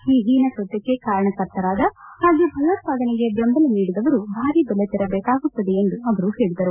ಈ ಹೀನ ಕೃತ್ಯಕ್ಕೆ ಕಾರಣಕರ್ತರಾದ ಹಾಗೂ ಭಯೋತ್ಪಾದನೆಗೆ ಬೆಂಬಲ ನೀಡಿದವರು ಭಾರೀ ಬೆಲೆ ತೆರಬೇಕಾಗುತ್ತದೆ ಎಂದು ಅವರು ಹೇಳಿದರು